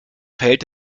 verhält